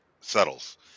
settles